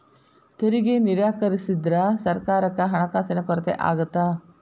ತೆರಿಗೆ ನಿರಾಕರಿಸಿದ್ರ ಸರ್ಕಾರಕ್ಕ ಹಣಕಾಸಿನ ಕೊರತೆ ಆಗತ್ತಾ